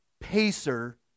pacer